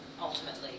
ultimately